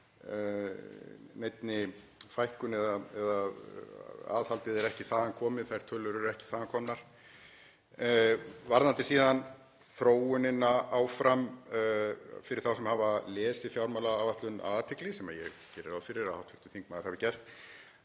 neinni fækkun. Aðhaldið er ekki þaðan komið, þær tölur eru ekki þaðan komnar. Varðandi síðan þróunina áfram, fyrir þá sem hafa lesið fjármálaáætlun af athygli, sem ég geri ráð fyrir að hv. þingmaður hafi gert,